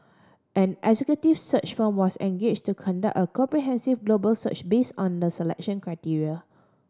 an executive search firm was engage to conduct a comprehensive global search base on the selection criteria